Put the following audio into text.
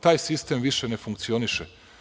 Taj sistem više ne funkcioniše.